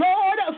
Lord